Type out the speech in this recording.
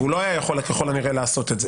והוא לא היה יכול ככל הנראה לעשות את זה,